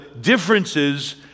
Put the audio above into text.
differences